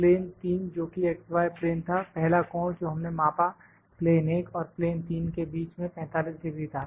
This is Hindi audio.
प्लेन 3 जोकि x y प्लेन था पहला कोण जो हमने मापा प्लेन 1 और प्लेन 3 के बीच में 45 डिग्री था